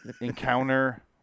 encounter